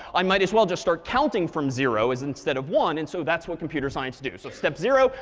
i might as well just start counting from zero is instead of one. and so that's what computer scientists do. so step zero,